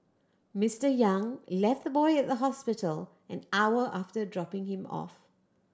Mister Yang left the boy at the hospital an hour after dropping him off